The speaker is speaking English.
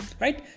right